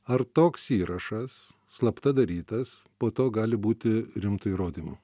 ar toks įrašas slapta darytas po to gali būti rimtu įrodymu